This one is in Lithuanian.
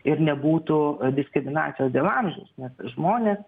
ir nebūtų diskriminacijos dėl amžiaus nes žmonės